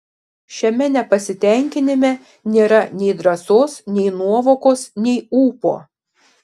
šiame nepasitenkinime nėra nei drąsos nei nuovokos nei ūpo